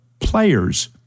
players